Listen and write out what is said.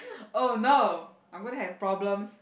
oh no I'm going to have problems